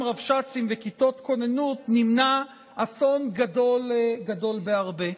רבש"צים וכיתות כוננות נמנע אסון גדול בהרבה.